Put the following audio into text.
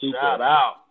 shout-out